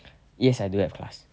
yes I do have class